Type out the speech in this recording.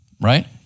right